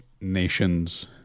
nations